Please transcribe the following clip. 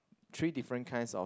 three different kinds of